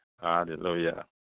Hallelujah